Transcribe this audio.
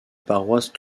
paroisse